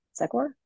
Secor